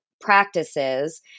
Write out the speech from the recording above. practices